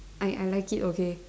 I I like it okay